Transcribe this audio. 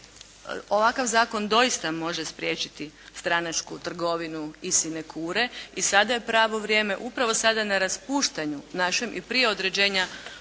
Ovakav zakon doista može spriječiti stranačku trgovinu i sinekure. I sada je pravo vrijeme upravo sada na raspuštanju našem i prije određenja